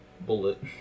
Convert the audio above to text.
bullet